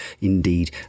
indeed